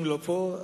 לא פה,